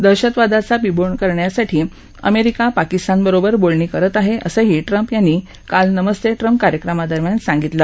दहशतवादाचा बिमोड करण्यासाठी अमेरिका पाकिस्तान बरोबर बोलणी करत आहे असंही ट्रम्प यांनी काल नमस्ते ट्रम्प कार्यक्रमादरम्यान सांगितलं